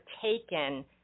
taken